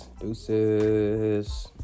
Deuces